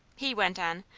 he went on,